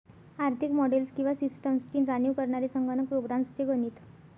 आर्थिक मॉडेल्स किंवा सिस्टम्सची जाणीव करणारे संगणक प्रोग्राम्स चे गणित